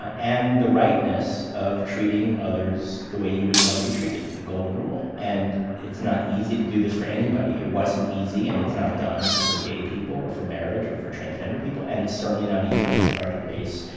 and the rightness of treating others the way you would want to be treated, the golden rule and it's not easy to do this for anybody. it wasn't easy, and it's not done for gay people, or for marriage or for transgender people, and it's certainly not easy with regard to race.